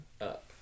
up